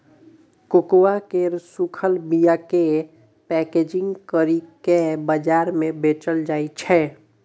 cocoa केर सूखल बीयाकेँ पैकेजिंग करि केँ बजार मे बेचल जाइ छै